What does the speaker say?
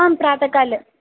आं प्रातःकाले